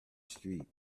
street